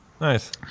Nice